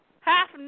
half